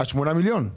ה-8 מיליון.